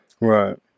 Right